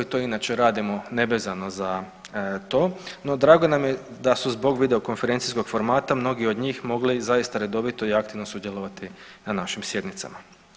To inače radimo nevezano za to, no drago nam je da su zbog videokonferencijskog formata mnogi od njih mogli zaista redovito i aktivno sudjelovati na našim sjednicama.